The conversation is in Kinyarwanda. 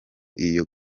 iyo